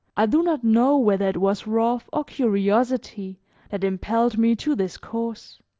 i do not know whether it was wrath or curiosity that impelled me to this course,